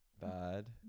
Bad